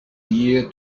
year